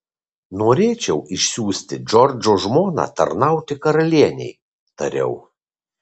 norėčiau išsiųsti džordžo žmoną tarnauti karalienei tariau